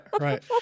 right